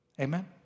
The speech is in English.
Amen